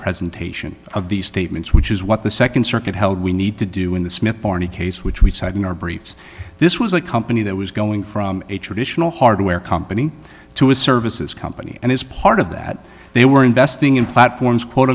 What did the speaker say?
presentation of these statements which is what the nd circuit held we need to do in the smith barney case which we cite in our briefs this was a company that was going from a traditional hardware company to a services company and as part of that they were investing in platforms quote